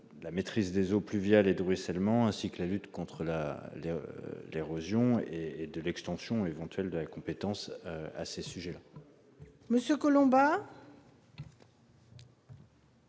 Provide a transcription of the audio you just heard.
la maîtrise des eaux pluviales et de ruissellement, la lutte contre l'érosion et l'extension éventuelle de la compétence GEMAPI à ces sujets.